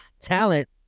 talent